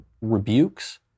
rebukes